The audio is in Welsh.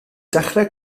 dechrau